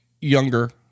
Younger